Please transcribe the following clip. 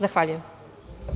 Zahvaljujem.